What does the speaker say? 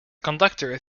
conductor